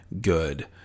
good